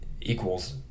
equals